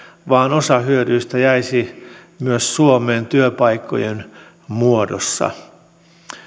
vaan osa hyödyistä jäisi myös suomeen työpaikkojen muodossa